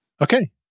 Okay